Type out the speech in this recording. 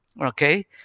Okay